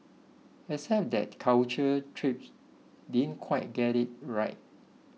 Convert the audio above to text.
except that Culture Trip didn't quite get it right